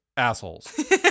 assholes